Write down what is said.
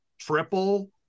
triple